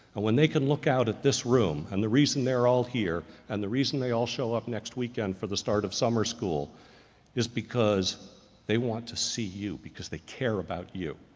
and when they can look out at this room and the reason they're all here and the reason they all show up next weekend for the start of summer school is because they want to see you, because they care about you.